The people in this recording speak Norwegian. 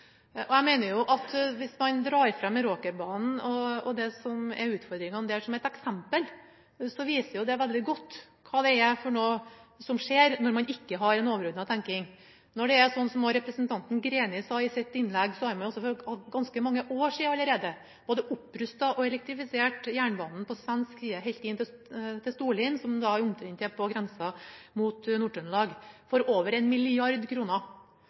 som et eksempel, viser det veldig godt hva som skjer når man ikke har en overordnet tenking. Det er sånn, som representanten Greni sa i sitt innlegg, at man for ganske mange år sida allerede både rustet opp og elektrifiserte jernbanen på svensk side helt inn til Storlien, som er på grensa mot Nord-Trøndelag, for over